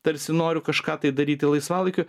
tarsi noriu kažką tai daryti laisvalaikiu